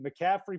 McCaffrey